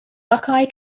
buckeye